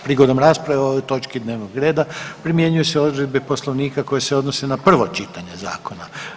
Prigodom rasprave o ovoj točki dnevnog reda primjenjuju se odredbe Poslovnika koje se odnose na prvo čitanje zakona.